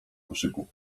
koszyku